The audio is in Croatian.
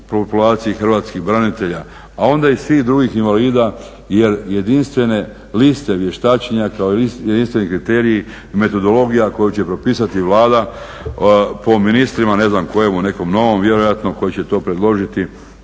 populaciji hrvatskih branitelja a onda i svih drugih invalida jer jedinstvene liste vještačenja kao i jedinstveni kriteriji i metodologija koju će propisati Vlada po ministrima, ne znam kojemu nekom novom vjerojatno koji će to predložiti,